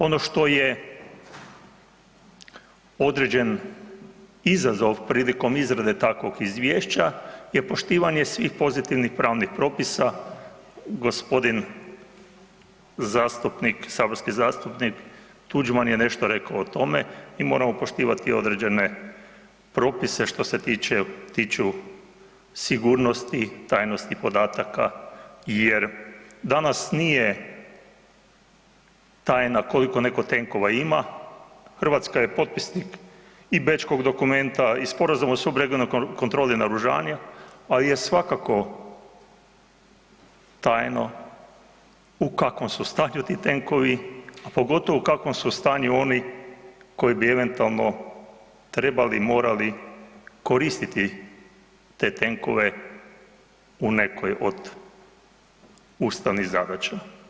Ono što je određen izazov prilikom izrade takvog izvješća je poštivanje svih pozitivnih pravnih propisa, g. saborski zastupnik Tuđman je nešto rekao o tome, mi moramo poštovati određene propise što se tiču sigurnosti, tajnosti podataka jer danas nije tajna koliko netko tenkova ima, Hrvatska je potpisnik i bečkog dokumenta i Sporazuma o subregionalnoj kontroli naoružanja ali je svakako tajno u kakvom stanju ti tenkovi, a pogotovo u kakvom su stanju oni koji bi eventualno trebali, morali koristiti te tenkove u nekoj od ustavnih zadaća.